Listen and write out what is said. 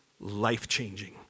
life-changing